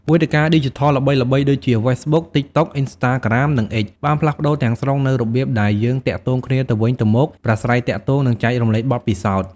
វេទិកាឌីជីថលល្បីៗដូចជា ហ្វេសប៊ុក ទីកតុក អ៊ីនស្តាក្រាម និង អិច បានផ្លាស់ប្ដូរទាំងស្រុងនូវរបៀបដែលយើងទាក់ទងគ្នាទៅវិញទៅមក ប្រាស្រ័យទាក់ទង និងចែករំលែកបទពិសោធន៍។